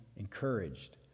Encouraged